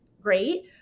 great